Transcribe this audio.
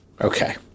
Okay